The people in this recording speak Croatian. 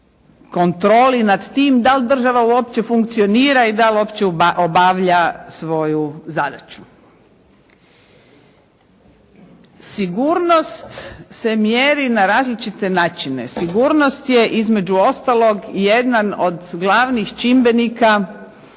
kontroli nad tim da li država uopće funkcionira i da li uopće obavlja svoju zadaću. Sigurnost se mjeri na različite načine, sigurnost je između ostalog jedan od glavnih čimbenika